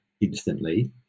instantly